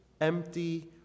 empty